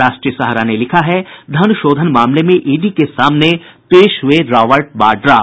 राष्ट्रीय सहारा ने लिखा है धन शोधन मामले में ईडी के सामने पेश हये रॉबर्ट वाड्रा